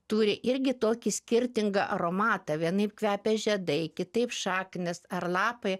turi irgi tokį skirtingą aromatą vienaip kvepia žiedai kitaip šaknys ar lapai